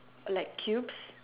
like cubes